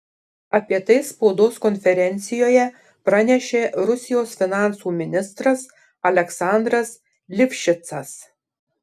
apie tai spaudos konferencijoje pranešė rusijos finansų ministras aleksandras livšicas